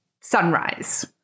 sunrise